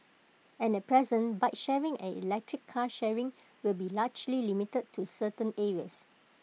and at present bike sharing and electric car sharing with be largely limited to certain areas